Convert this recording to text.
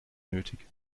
nötig